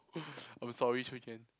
I'm sorry